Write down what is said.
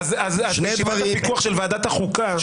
שני דברים --- אז ישיבת הפיקוח של ועדת החוקה,